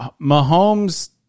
Mahomes